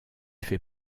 fait